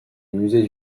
musée